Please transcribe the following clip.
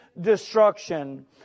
destruction